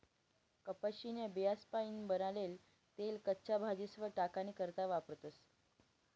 कपाशीन्या बियास्पाईन बनाडेल तेल कच्च्या भाजीस्वर टाकानी करता वापरतस